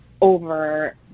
over